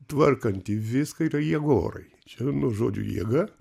tvarkanti viską yra jėgorai čia vienu žodžio jėga